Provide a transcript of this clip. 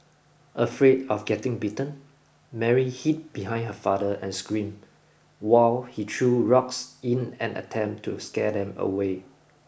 afraid of getting bitten Mary hid behind her father and screamed while he threw rocks in an attempt to scare them away